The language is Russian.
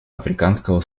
африканского